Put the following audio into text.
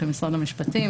כמשרד המשפטים,